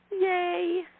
Yay